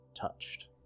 touched